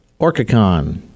OrcaCon